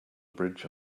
bridge